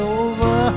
over